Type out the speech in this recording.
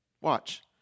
Watch